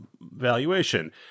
valuation